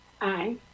Aye